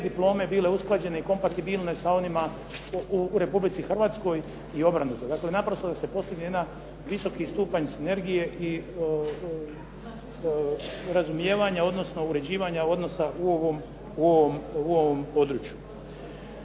diplome bile usklađene i kompatibilne sa onima u Republici Hrvatskoj i obrnuto. Dakle, naprosto da se postigne jedan visoki stupanj sinergije i razumijevanja odnosno uređivanja odnosa u ovom području.